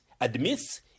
admits